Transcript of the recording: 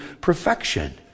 perfection